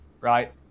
right